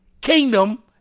kingdom